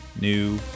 new